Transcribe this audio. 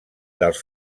dels